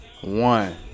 One